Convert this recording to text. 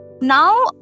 Now